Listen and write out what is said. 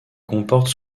comporte